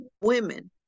women